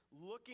looking